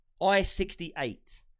I-68